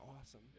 awesome